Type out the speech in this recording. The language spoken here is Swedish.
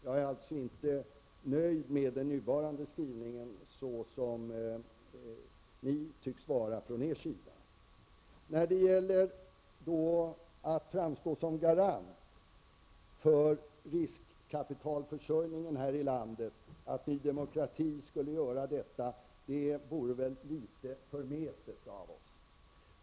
Jag är alltså inte nöjd med den nuvarande skrivningen, vilket ni tycks vara från er sida. Att säga att Ny Demokrati skulle framstå som garant för riskkapitalförsörjningen här i landet vore väl litet förmätet av oss.